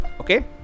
okay